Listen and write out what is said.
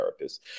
therapists